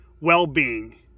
well-being